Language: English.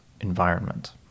environment